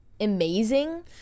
amazing